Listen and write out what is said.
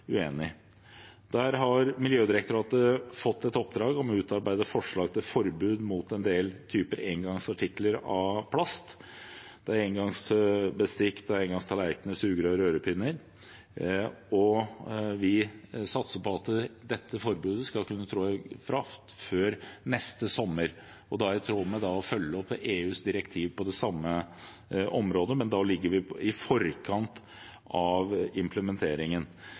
uenig. Her har Miljødirektoratet fått et oppdrag om å utarbeide forslag til forbud mot en del typer engangsartikler av plast, som engangsbestikk, engangstallerkner, sugerør og rørepinner. Vi satser på at dette forbudet skal kunne tre i kraft før neste sommer. Det er i tråd med det å følge opp EUs direktiv på det samme området, men da ligger vi i forkant av implementeringen.